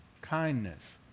kindness